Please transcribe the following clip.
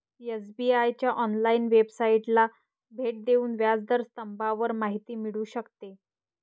SBI च्या online वेबसाइटला भेट देऊन व्याज दर स्तंभावर माहिती मिळू शकते